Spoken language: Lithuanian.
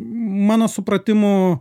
mano supratimu